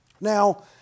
Now